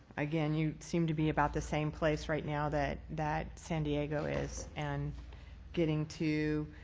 again you seem to be about the same place right now that that san diego is and getting to